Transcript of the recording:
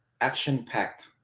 action-packed